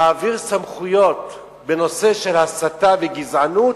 להעביר סמכויות בנושא של הסתה וגזענות,